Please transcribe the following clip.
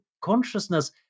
consciousness